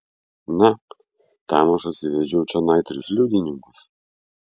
na tam aš atsivedžiau čionai tris liudininkus